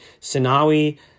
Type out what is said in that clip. Sinawi